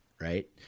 right